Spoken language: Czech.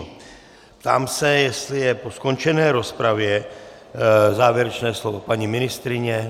Ptám se, jestli je po skončené rozpravě závěrečné slovo paní ministryně.